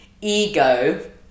ego